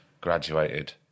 graduated